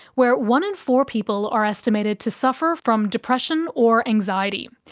where one in four people are estimated to suffer from depression or anxiety.